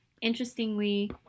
Interestingly